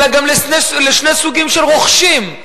אלא גם לשני סוגים של רוכשים: